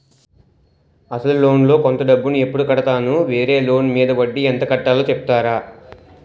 అసలు లోన్ లో కొంత డబ్బు ను ఎప్పుడు కడతాను? వేరే లోన్ మీద వడ్డీ ఎంత కట్తలో చెప్తారా?